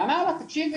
ואמר לה תקשיבי,